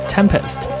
Tempest